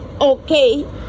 Okay